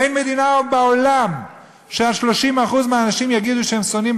אין מדינה בעולם ש-30% מהאנשים יגידו שהם שונאים,